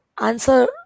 answer